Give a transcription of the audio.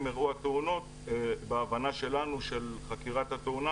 אירעו התאונות בהבנה שלנו של חקירת התאונה,